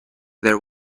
there